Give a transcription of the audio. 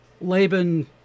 Laban